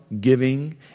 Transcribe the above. giving